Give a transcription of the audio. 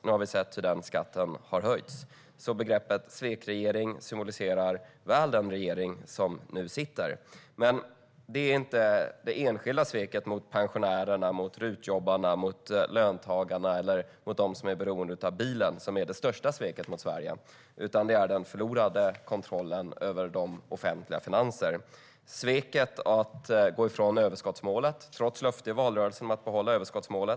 Nu har vi sett hur den skatten har höjts. Begreppet svekregering symboliserar väl den regering som nu sitter. Men det är inte det enskilda sveket mot pensionärerna, mot RUT-jobbarna, mot löntagarna eller mot dem som är beroende av bilen som är det största sveket mot Sverige, utan det är den förlorade kontrollen över de offentliga finanserna. Det handlar om sveket att gå ifrån överskottsmålet trots löfte i valrörelsen om att behålla överskottsmålet.